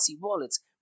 wallets